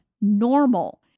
normal